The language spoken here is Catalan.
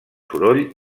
soroll